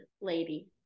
lady